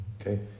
Okay